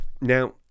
Now